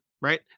right